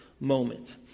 moment